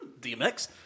DMX